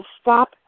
stop